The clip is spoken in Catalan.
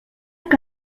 que